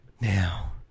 Now